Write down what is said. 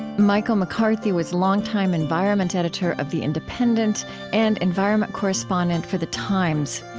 michael mccarthy was longtime environment editor of the independent and environment correspondent for the times.